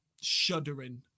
shuddering